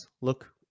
look